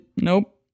Nope